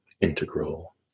integral